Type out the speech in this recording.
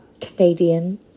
Canadian